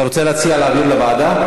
אתה רוצה להציע להעביר לוועדה?